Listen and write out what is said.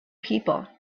people